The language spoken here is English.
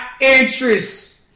interest